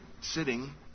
sitting